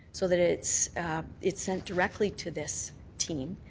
so that it's it's sent directly to this team,